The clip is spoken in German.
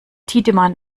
tiedemann